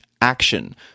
action